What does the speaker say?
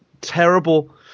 terrible